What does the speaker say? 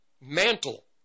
mantle